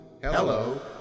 Hello